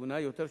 מתונה יותר,